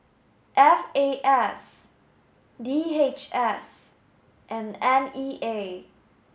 F A S D H S and N E A